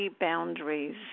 boundaries